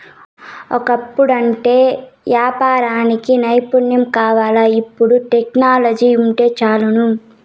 ఒకప్పుడంటే యాపారానికి నైపుణ్యం కావాల్ల, ఇపుడు టెక్నాలజీ వుంటే చాలును